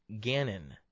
Gannon